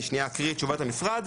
אני אקריא את תשובת המשרד: